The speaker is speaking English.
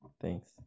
Thanks